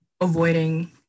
avoiding